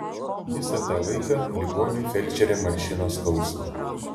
visą tą laiką ligoniui felčerė malšino skausmą